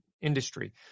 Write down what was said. industry